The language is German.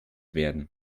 werden